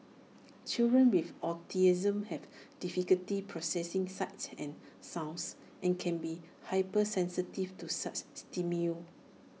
children with autism have difficulty processing sights and sounds and can be hypersensitive to such